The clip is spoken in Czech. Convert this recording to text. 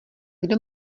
kdo